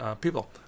people